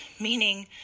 meaning